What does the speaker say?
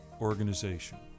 organization